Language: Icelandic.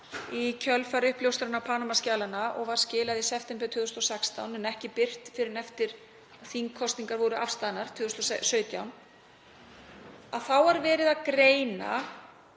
í kjölfar uppljóstrana Panama-skjalanna, og var skilað í september 2016 en ekki birt fyrr en eftir þingkosningar voru afstaðnar 2017, er verið að greina